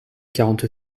quarante